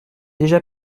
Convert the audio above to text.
déjà